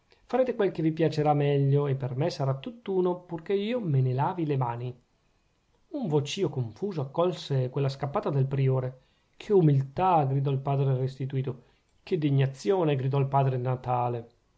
farete quel che vi piacerà meglio e per me sarà tutt'uno purchè io me ne lavi le mani un vocìo confuso accolse quella scappata del priore che umiltà gridò il padre restituto che degnazione gridò il padre natale